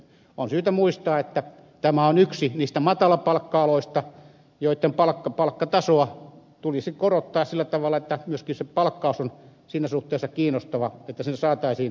on syytä muistaa että tämä on yksi niistä matalapalkka aloista joitten palkkatasoa tulisi korottaa sillä tavalla että myöskin se palkkaus on siinä suhteessa kiinnostava että sinne saataisiin uusia henkilöitä